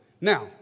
Now